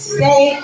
Stay